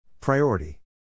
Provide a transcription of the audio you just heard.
Priority